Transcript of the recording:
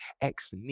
ex